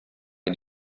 che